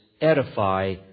edify